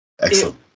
excellent